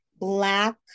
black